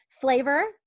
Flavor